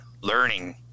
learning